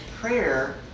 prayer